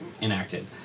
enacted